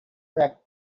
react